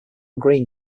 green